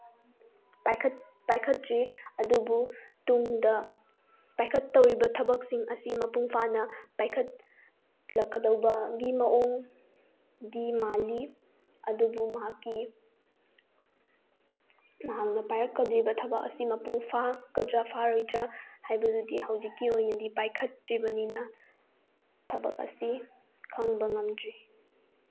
ꯄꯥꯏꯈꯠꯇ꯭ꯔꯤ ꯑꯗꯨꯕꯨ ꯇꯨꯡꯗ ꯄꯥꯏꯈꯠꯇꯧꯔꯤꯕ ꯊꯕꯛꯁꯤꯡ ꯑꯁꯤ ꯃꯄꯨꯡ ꯐꯥꯅ ꯄꯥꯏꯈꯠꯂꯛꯀꯗꯧꯕꯒꯤ ꯃꯑꯣꯡꯗꯤ ꯃꯥꯜꯂꯤ ꯑꯗꯨꯕꯨ ꯃꯍꯥꯛꯀꯤ ꯃꯍꯥꯛꯅ ꯄꯥꯏꯔꯛꯀꯗꯧꯔꯤꯕ ꯊꯕꯛ ꯑꯁꯤ ꯃꯄꯨꯡ ꯐꯥꯒꯗ꯭ꯔꯥ ꯐꯥꯔꯣꯏꯗ꯭ꯔꯥ ꯍꯥꯏꯕꯗꯨꯗꯤ ꯍꯧꯖꯤꯛꯀꯤ ꯑꯣꯏꯅꯗꯤ ꯄꯥꯏꯈꯠꯇ꯭ꯔꯤꯕꯅꯤꯅ ꯊꯕꯛ ꯑꯁꯤ ꯈꯪꯕ ꯉꯝꯗ꯭ꯔꯤ